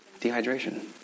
dehydration